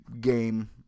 game